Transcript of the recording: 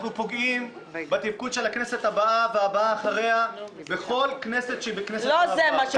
פוגעים בתפקוד של הכנסת הבאה ושל הכנסת הבאה אחריה ושל כל כנסת מעבר.